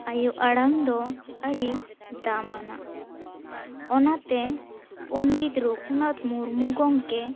ᱟᱭᱳ ᱟᱲᱟᱝ ᱫᱚ ᱟᱹᱰᱤ ᱫᱟᱢᱟᱱᱟᱜ ᱚᱱᱟᱛᱮ ᱯᱚᱱᱰᱤᱛ ᱨᱟᱹᱜᱷᱩᱱᱟᱛᱷ ᱢᱩᱨᱢᱩ ᱜᱚᱢᱠᱮ